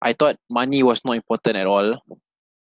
I thought money was not important at all